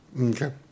Okay